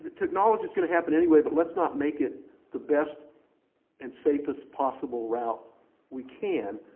to acknowledge it's going to happen anyway, but let's not make it the best and safest possible route we can,